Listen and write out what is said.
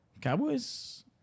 Cowboys